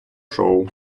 шоу